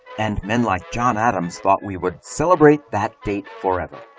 and men like john adams thought we would celebrate that date forever.